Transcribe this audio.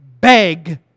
beg